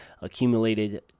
accumulated